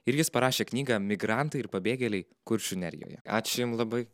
ir jis parašė knygą migrantai ir pabėgėliai kuršių nerijoje ačiū jum labai